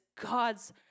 God's